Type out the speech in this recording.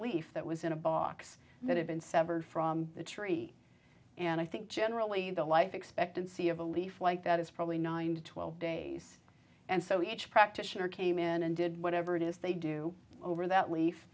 leaf that was in a box that had been severed from the tree and i think generally the life expectancy of a leaf like that is probably nine to twelve days and so each practitioner came in and did whatever it is they do over that leaf